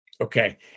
Okay